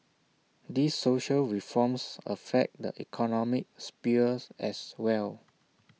these social reforms affect the economic sphere as well